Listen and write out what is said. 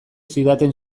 zidaten